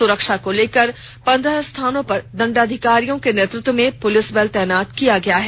सुरक्षा को लेकर पंद्रह स्थानों पर दंडाधिकारी यों के नेतृत्व में पुलिस बल तैनात किया गया है